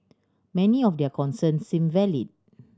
many of their concerns seemed valid